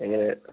എങ്ങനെ